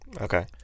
Okay